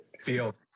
field